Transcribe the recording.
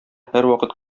һәрвакыт